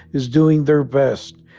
is doing their best.